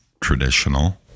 traditional